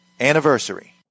anniversary